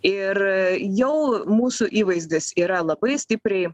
ir jau mūsų įvaizdis yra labai stipriai